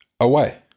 away